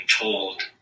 told